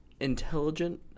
intelligent